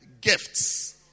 gifts